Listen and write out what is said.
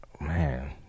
Man